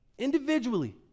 individually